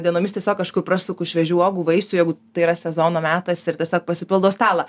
dienomis tiesiog kažku prasuku šviežių uogų vaisių jeigu tai yra sezono metas ir tiesiog pasipildau stalą